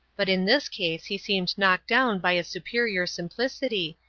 but in this case he seemed knocked down by a superior simplicity,